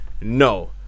no